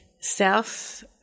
South